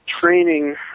training